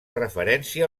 referència